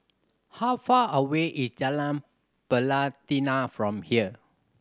how far away is Jalan Pelatina from here